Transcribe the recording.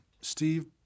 Steve